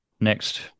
next